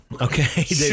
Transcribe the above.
Okay